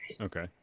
okay